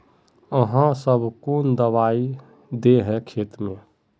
आहाँ सब कौन दबाइ दे है खेत में?